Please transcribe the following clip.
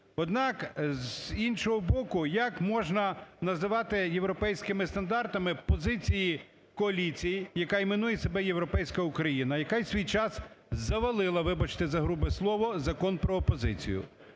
Однак, з іншого боку, як можна називати європейськими стандартами позиції коаліції, яка іменує себе "Європейська Україна", яка в свій час завалила, вибачте за грубе слово, Закон "Про опозицію".